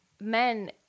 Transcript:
Men